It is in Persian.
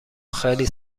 خیلی